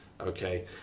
okay